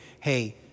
hey